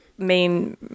Main